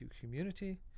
community